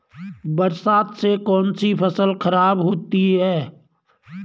बरसात से कौन सी फसल खराब होती है?